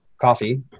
coffee